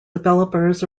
developers